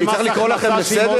אני צריך לקרוא אתכם לסדר?